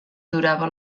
adorava